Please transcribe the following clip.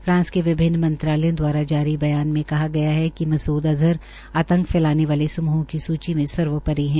France के विभिन्न मंत्रालयों दवारा जारी ब्यान में कहा गया है कि मसूद अज़हर आतंक फैलाने वाले समूहों की सूची में सर्वोपरि है